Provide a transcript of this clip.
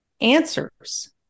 answers